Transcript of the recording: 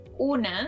una